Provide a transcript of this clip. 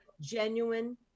genuine